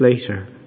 later